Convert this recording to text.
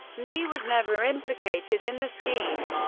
lee was never implicated in the scheme.